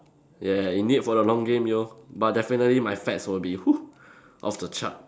ya in need for the long game yo but definitely my fats will be off the chart